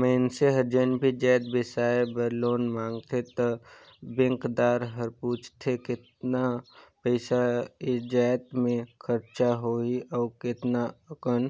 मइनसे हर जेन भी जाएत बिसाए बर लोन मांगथे त बेंकदार हर पूछथे केतना पइसा ए जाएत में खरचा होही अउ केतना अकन